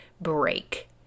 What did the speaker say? break